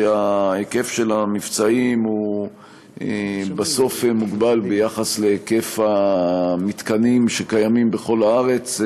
ההיקף של המבצעים הוא בסוף מוגבל ביחס להיקף המתקנים שקיימים בכל הארץ,